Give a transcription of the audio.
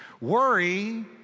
Worry